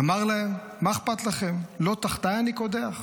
אמר להם: מה אכפת לכם, לא תחתיי אני קודח?